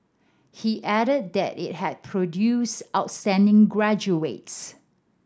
he added that it had produced outstanding graduates